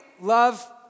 love